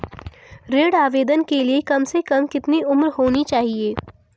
ऋण आवेदन के लिए कम से कम कितनी उम्र होनी चाहिए?